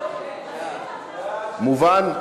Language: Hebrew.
מובן?